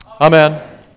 Amen